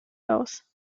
aus